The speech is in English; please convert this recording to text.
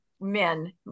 men